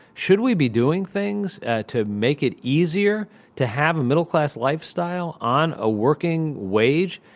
should we be doing things to make it easier to have a middle-class lifestyle on a working wage,